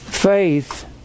Faith